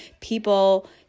people